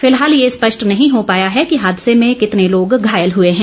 फिलहाल ये स्पष्ट नहीं हो पाया है कि हादसे में कितने लोग घायल हए हैं